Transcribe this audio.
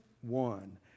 one